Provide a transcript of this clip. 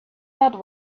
not